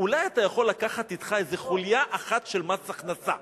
אולי אתה יכול לקחת אתך איזה חוליה אחת של מס הכנסה?